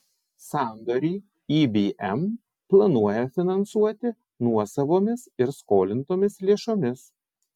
sandorį ibm planuoja finansuoti nuosavomis ir skolintomis lėšomis